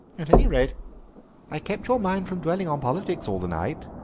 at any rate i kept your mind from dwelling on politics all the night,